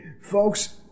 Folks